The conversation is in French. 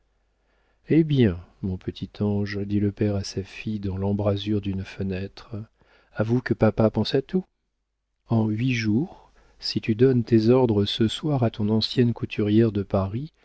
eh bien mon petit ange dit le père à sa fille dans l'embrasure d'une fenêtre avoue que papa pense à tout en huit jours si tu donnes tes ordres ce soir à ton ancienne couturière de paris